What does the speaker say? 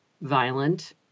violent